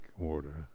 order